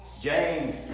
James